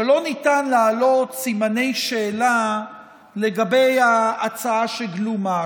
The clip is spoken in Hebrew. שלא ניתן להעלות סימני שאלה לגבי ההצעה שגלומה,